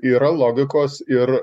yra logikos ir